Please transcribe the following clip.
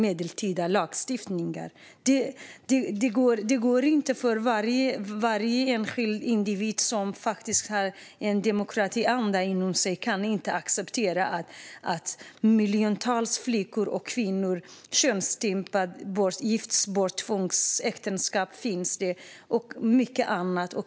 En enskild individ som faktiskt har en demokratianda inom sig kan inte acceptera att miljoner flickor och kvinnor könsstympas, gifts bort genom tvångsäktenskap och mycket annat.